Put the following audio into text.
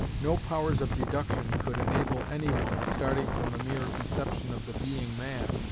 no powers of deduction could enable any one, starting from the mere conception of the being man,